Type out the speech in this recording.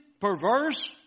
perverse